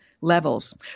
levels